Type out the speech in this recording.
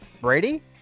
Brady